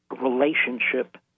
relationship